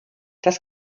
das